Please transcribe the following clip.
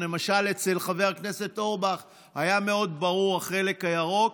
למשל אצל חבר הכנסת אורבך היה מאוד ברור החלק הירוק.